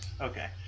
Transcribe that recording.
Okay